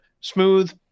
smooth